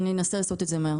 אז אני אנסה לעשות את זה מהר.